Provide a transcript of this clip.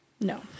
no